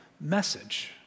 message